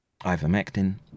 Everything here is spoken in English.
Ivermectin